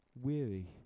weary